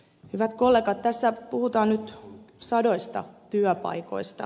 hyvät kollegat tässä puhutaan nyt sadoista työpaikoista